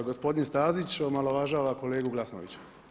Pa gospodin Stazić omalovažava kolegu Glasnovića.